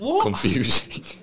confusing